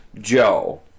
Joe